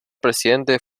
presidente